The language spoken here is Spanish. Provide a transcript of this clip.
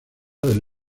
del